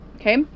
okay